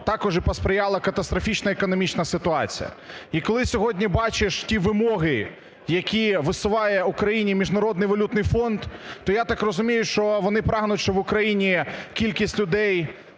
також і посприяла катастрофічна економічна ситуація. І коли сьогодні бачиш ті вимоги, які висуває Україні Міжнародний валютний фонд, то я так розумію, що вони прагнуть, щоб в Україні кількість людей